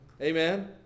Amen